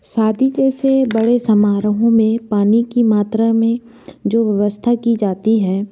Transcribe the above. शादी जैसे बड़े समारोहों में पानी की मात्रा में जो व्ययवस्था की जाती है